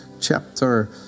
chapter